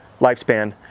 lifespan